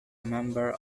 member